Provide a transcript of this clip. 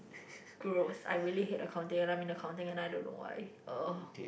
gross I really hate accounting and I'm in accounting and I don't know why !ugh!